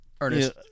Ernest